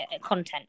content